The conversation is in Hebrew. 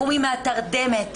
קומי מהתרדמת,